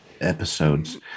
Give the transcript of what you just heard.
episodes